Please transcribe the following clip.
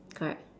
correct